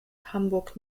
hamburg